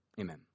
Amen